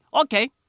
okay